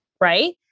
Right